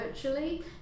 virtually